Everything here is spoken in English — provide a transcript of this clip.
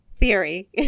theory